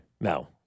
No